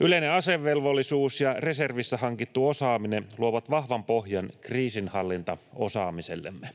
Yleinen asevelvollisuus ja reservissä hankittu osaaminen luovat vahvan pohjan kriisinhallintaosaamisellemme.